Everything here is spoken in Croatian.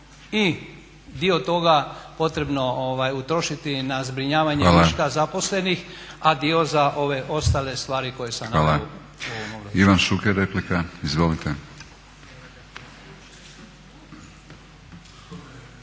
i dio toga potrebno utrošiti i na zbrinjavanje viška zaposlenih, a dio za ove ostale stvari koje sam naveo u ovom obrazloženju. **Batinić, Milorad (HNS)** Hvala.